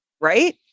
right